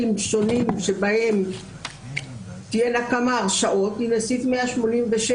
שונים בהם יהיו כמה הרשעות כי בסעיף 186,